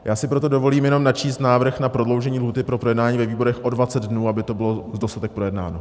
Já si proto dovolím jenom načíst návrh na prodloužení lhůty pro projednání ve výborech o 20 dnů, aby to bylo dostatečně projednáno.